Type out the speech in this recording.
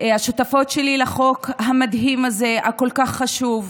השותפות שלי לחוק המדהים הזה, הכל-כך חשוב.